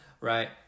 right